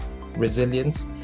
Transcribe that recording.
resilience